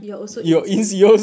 you're also insignificant